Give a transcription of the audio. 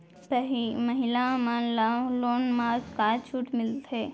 महिला मन ला लोन मा का छूट मिलथे?